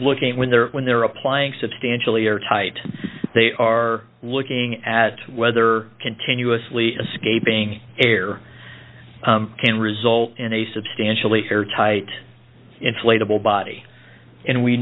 looking when they're when they're applying substantially or tight they are looking at whether continuously escaping air can result in a substantially airtight inflatable body and we